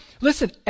listen